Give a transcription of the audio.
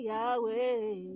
Yahweh